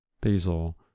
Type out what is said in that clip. Basil